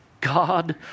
God